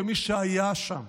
כמי שהיה שם,